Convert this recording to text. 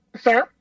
Sir